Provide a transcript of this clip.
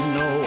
no